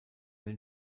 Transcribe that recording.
den